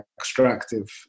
extractive